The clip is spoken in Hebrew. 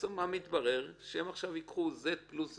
בסוף יתברר שהם ייקחו Z פלוס 25%,